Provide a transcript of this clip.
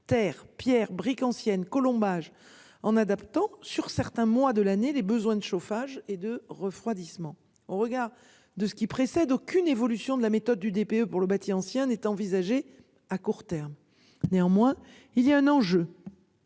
terre Pierre briques ancienne colombage en adaptant sur certains mois de l'année les besoins de chauffage et de refroidissement au regard de ce qui précède, aucune évolution de la méthode du DPE pour le bâti ancien n'est envisagée à court terme. Néanmoins, il y a un enjeu.